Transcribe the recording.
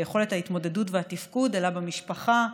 ביכולת ההתמודדות והתפקוד, אלא במשפחה.